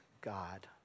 God